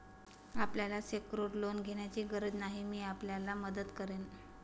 आपल्याला secured loan घेण्याची गरज नाही, मी आपल्याला मदत करेन